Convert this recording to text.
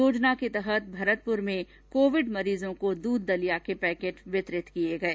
योजना के तहत भरतपुर में कोविड मरीजों को दुध दलिया के पैकिट वितरित किये गये